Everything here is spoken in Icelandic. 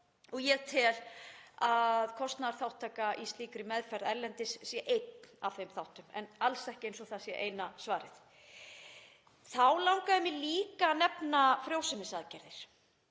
og ég tel að kostnaðarþátttaka í slíkri meðferð erlendis sé einn af þeim þáttum, en það er alls ekki eins og það sé eina svarið. Þá langaði mig líka að nefna ófrjósemisaðgerðir.